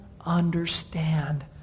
understand